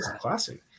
Classic